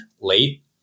late